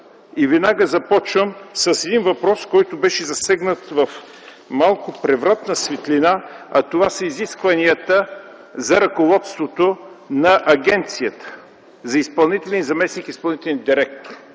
Веднага започвам с един въпрос, който беше засегнат в малко превратна светлина, а това са изискванията за ръководството на агенцията, за изпълнителен и заместник-изпълнителен директор.